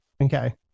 Okay